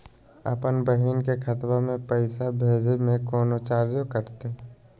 अपन बहिन के खतवा में पैसा भेजे में कौनो चार्जो कटतई?